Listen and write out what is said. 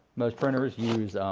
most printers use,